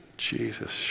Jesus